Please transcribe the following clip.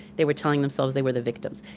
they were telling themselves they were the victims.